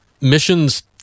missions